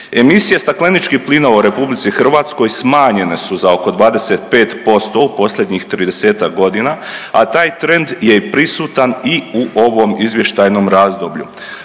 Emisije stakleničkih plinova u Republici Hrvatskoj smanjene su za oko 25% u posljednjih tridesetak godina, a taj trend je i prisutan i u ovom izvještajnom razdoblju.